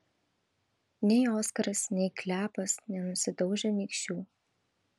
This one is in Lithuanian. nei oskaras nei klepas nenusidaužė nykščių